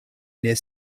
near